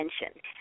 attention